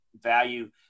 value